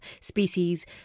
species